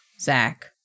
Zach